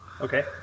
Okay